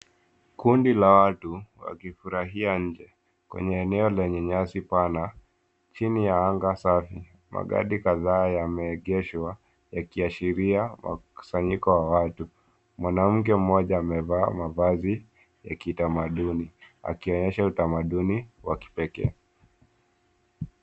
Kundi la watu, wakifurahia nje, kwenye eneo lenye nyasi pana, chini ya anga safi. Magari kadhaa yameegeshwa, yakiashiria mkusanyiko wa watu. Mwanamke mmoja amevaa mavazi, ya kitamaduni. Akionyesha utamaduni wa kipekee.